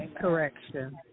correction